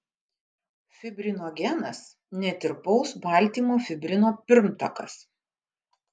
fibrinogenas netirpaus baltymo fibrino pirmtakas